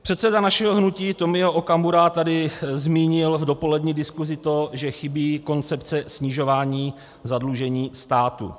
Předseda našeho hnutí Tomio Okamura tady zmínil v dopolední diskusi, že chybí koncepce snižování zadlužení státu.